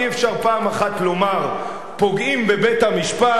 אי-אפשר פעם אחת לומר: פוגעים בבית-המשפט,